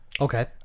okay